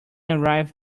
arrive